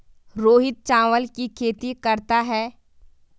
रोहित चावल की खेती करता है